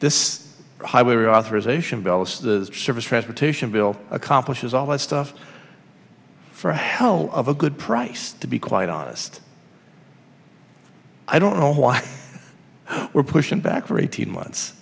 this highway reauthorization bellus the surface transportation bill accomplishes all that stuff for a hell of a good price to be quite honest i don't know why we're pushing back for eighteen months